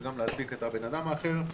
וגם להדביק את הבן האדם האחר.